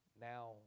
now